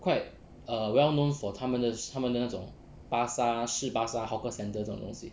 quite a well known for 他们的他们的那种巴刹湿巴刹 hawker centres 这种东西